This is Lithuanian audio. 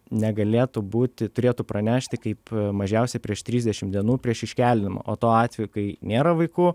negalėtų būti turėtų pranešti kaip mažiausiai prieš trisdešim dienų prieš iškeldinimą o tuo atveju kai nėra vaikų